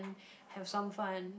have some fun